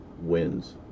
wins